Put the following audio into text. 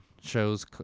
shows